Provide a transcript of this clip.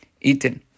eaten